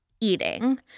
eating